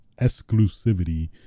exclusivity